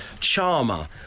charmer